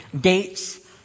dates